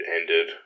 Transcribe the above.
ended